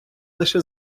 лише